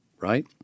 right